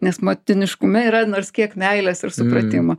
nes motiniškume yra nors kiek meilės ir supratimo